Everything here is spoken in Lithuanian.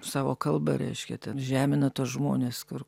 savo kalba reiškia ten žemina tuos žmones kur